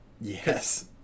Yes